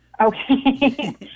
Okay